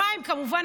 כמובן,